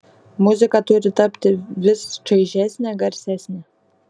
muzika turi tapti vis čaižesnė garsesnė